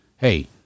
hey